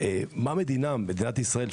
מה מדינת ישראל,